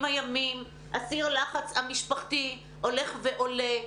הימים סיר הלחץ המשפחתי הולך ועולה.